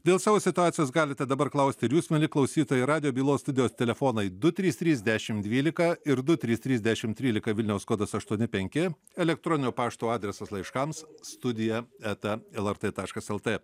dėl savo situacijos galite dabar klausti ar jūs mieli klausytojai radijo bylos studijos telefonai du trys trys dešim dvylika ir du trys trys dešim trylika vilniaus kodas aštuoni penki elektroninio pašto adresas laiškams studija eta lrt taškas lt